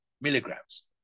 milligrams